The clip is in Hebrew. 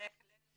בהחלט